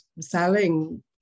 selling